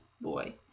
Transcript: Boy